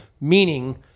meaning